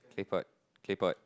claypot claypot